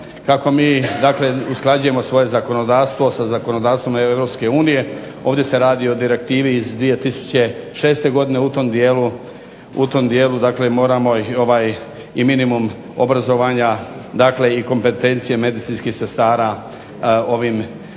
dakle usklađujemo svoje zakonodavstvo sa zakonodavstvom Europske unije, ovdje se radi o direktivi iz 2006. godine, u tom dijelu dakle moramo i ovaj i minimum obrazovanja dakle i kompetencije medicinskih sestara ovim dakle